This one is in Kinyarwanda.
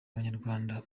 abanyarwanda